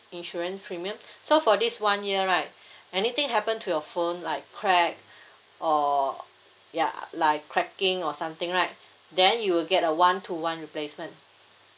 insurance premium so for this one year right anything happen to your phone like crack or ya like cracking or something right then you'll get a one to one replacement